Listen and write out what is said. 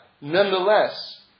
nonetheless